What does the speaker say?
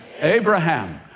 Abraham